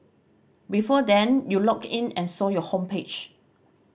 before then you logged in and saw your homepage